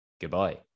Goodbye